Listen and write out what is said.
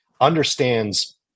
understands